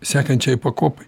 sekančiai pakopai